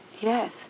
Yes